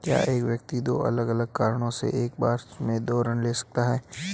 क्या एक व्यक्ति दो अलग अलग कारणों से एक बार में दो ऋण ले सकता है?